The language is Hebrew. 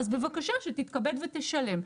אז בבקשה, שתתכבד ותשלם.